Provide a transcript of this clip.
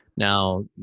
Now